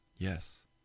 Yes